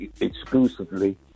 exclusively